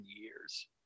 years